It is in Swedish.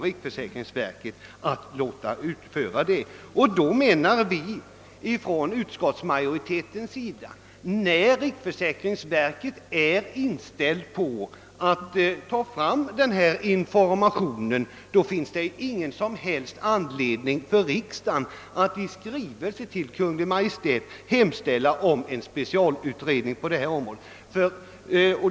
Riksförsäkringsverket avser att använda detta material till sin statistik, och då menar utskottsmajoriteten, när riksförsäkringsverket är inställt på att utnyttja denna information, att det inte finns någon som helst anledning för riksdagen att i skrivelse till Kungl. Maj:t hemställa om en specialutredning på detta område.